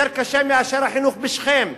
יותר קשה ממצב החינוך בשכם,